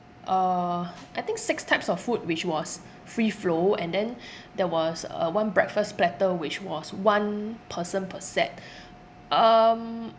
uh I think six types of food which was free flow and then there was a one breakfast platter which was one person per set um